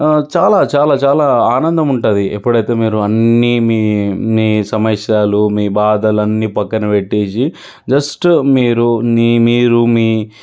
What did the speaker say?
చాలా చాలా చాలా ఆనందం ఉంటుంది ఎప్పుడైతే మీరు అన్నీ మీ మీ సమస్యలు మీ బాధలన్నీ పక్కన పెట్టేసి జస్ట్ మీరు నీ మీరు మీ